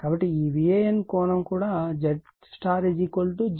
కాబట్టి ఈ VAN కోణం కూడా ZY Z ∠